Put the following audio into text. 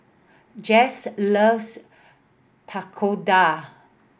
Jase loves Tekkadon